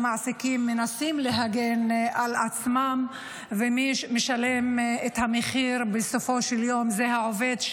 המעסיקים מנסים להגן על עצמם ומי שמשלם את המחיר בסופו של יום זה העובד.